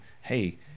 Hey